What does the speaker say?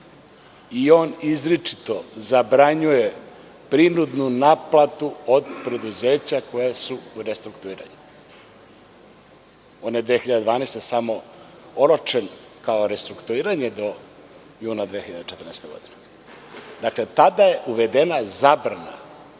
On izričito zabranjuje prinudnu naplatu od preduzeća koja su u restrukturiranju. On je 2012. godine samo oročen kao restrukturiranje do juna 2014. godine. Tada je uvedena zabrana